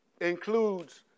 includes